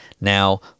Now